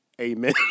Amen